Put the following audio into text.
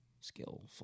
skillful